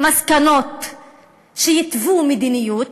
מסקנות שיתוו מדיניות.